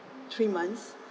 three months